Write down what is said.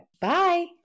Bye